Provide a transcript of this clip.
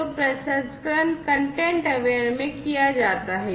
तो प्रसंस्करण content aware में किया जाता है